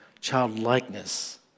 Childlikeness